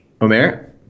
Omer